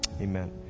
Amen